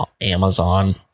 Amazon